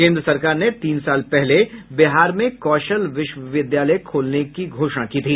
केन्द्र सरकार ने तीन साल पहले बिहार में कौशल विश्वविद्यालय खोलने की घोषणा की थी